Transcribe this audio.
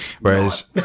Whereas